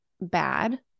bad